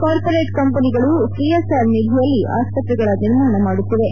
corporate ಕಂಪನಿಗಳು CSR ನಿಧಿಯಲ್ಲಿ ಆಸ್ಪತ್ರೆಗಳ ನಿರ್ಮಾಣ ಮಾಡುತ್ತಿವೆ